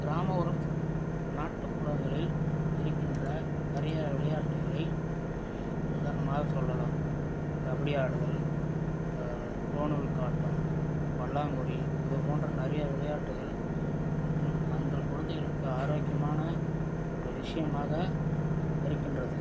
கிராமவரும் நாட்டுப்புறங்களில் இருக்கின்ற நறைய விளையாட்டுகளை உதாரணமாக சொல்லலாம் கபடியாடுதல் ஃலோநூல்க்காட்டம் பல்லாங்குழி இது போன்ற நறைய விளையாட்டுகள் தங்கள் குழந்தைகளுக்கு ஆரோக்கியமான ஒரு விஷயமாக இருக்கின்றது